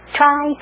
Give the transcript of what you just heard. try